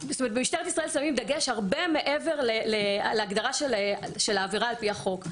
שבמשטרת ישראל שמים דגש הרבה מעבר להגדרה של העבירה על פי החוק.